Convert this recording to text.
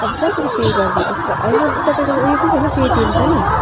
अब कसरी पे गरिदिउँ त्यसो भए होइन तपाईँकोमा उयो पनि पेटिएम पनि